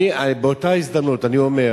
באותה הזדמנות אני אומר